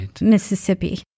Mississippi